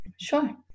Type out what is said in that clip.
Sure